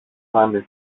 πάνε